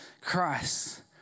Christ